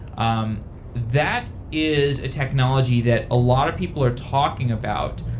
um that is a technology that a lot of people are talking about,